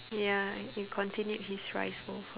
ya you continued his rice bowl fo~